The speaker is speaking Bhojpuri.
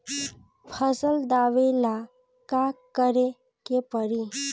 फसल दावेला का करे के परी?